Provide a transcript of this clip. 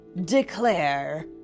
declare